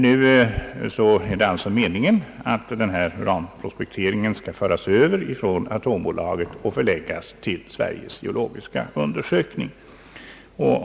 Nu är det således meningen att även uranprospekteringen skall föras över till Sveriges geologiska undersökning.